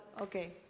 Okay